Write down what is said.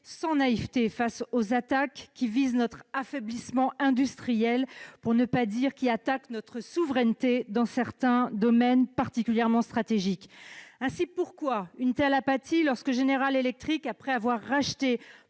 sans naïveté face à notre affaiblissement industriel, pour ne pas dire face aux attaques contre notre souveraineté dans certains domaines particulièrement stratégiques. Pourquoi une telle apathie lorsque General Electric, après avoir racheté